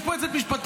יש פה יועצת משפטית,